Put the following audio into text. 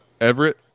Everett